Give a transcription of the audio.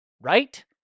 Right